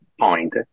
point